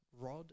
rod